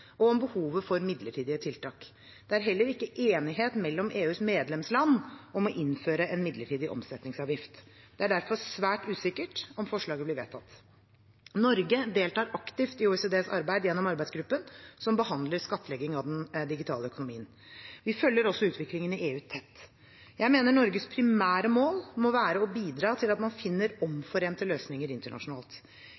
og om behovet for midlertidige tiltak. Det er heller ikke enighet mellom EUs medlemsland om å innføre en midlertidig omsetningsavgift. Det er derfor svært usikkert om forslaget blir vedtatt. Norge deltar aktivt i OECDs arbeid gjennom arbeidsgruppen som behandler skattelegging av den digitale økonomien. Vi følger også utviklingen i EU tett. Jeg mener Norges primære mål må være å bidra til at man finner